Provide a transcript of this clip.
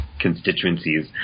constituencies